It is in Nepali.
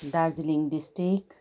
दार्जिलिङ डिस्ट्रिक्ट